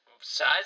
size